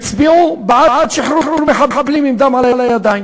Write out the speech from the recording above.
הצבעתם בעד שחרור מחבלים עם דם על הידיים.